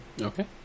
Okay